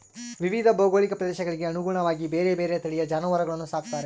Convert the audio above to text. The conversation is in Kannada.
ವಿವಿಧ ಭೌಗೋಳಿಕ ಪ್ರದೇಶಗಳಿಗೆ ಅನುಗುಣವಾಗಿ ಬೇರೆ ಬೇರೆ ತಳಿಯ ಜಾನುವಾರುಗಳನ್ನು ಸಾಕ್ತಾರೆ